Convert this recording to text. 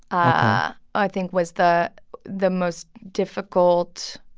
ah i think was the the most difficult